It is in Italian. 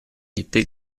ebbe